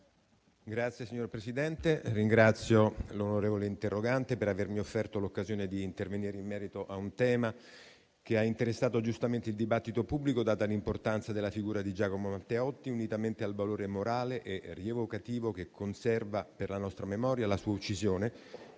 giovani*. Signor Presidente, ringrazio l'onorevole interrogante per avermi offerto l'occasione di intervenire in merito a un tema che ha interessato giustamente il dibattito pubblico, data l'importanza della figura di Giacomo Matteotti, unitamente al valore morale e rievocativo che conserva per la nostra memoria la sua uccisione,